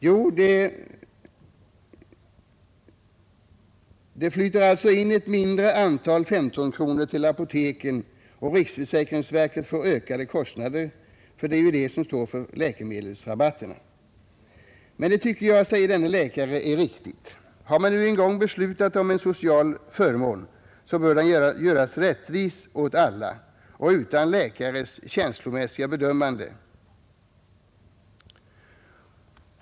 Jo, det flyter in ett mindre antal 1S5-kronor till apoteken, och riksförsäkringsverket får ökade kostnader, för det är ju detta som står för läkemedelsrabatten. Men det tycker jag är riktigt, säger denne läkare. Har man nu en gång beslutat om en social förmån, bör den göras rättvis åt alla och utan läkarens känslomässiga bedömande.